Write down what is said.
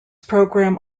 program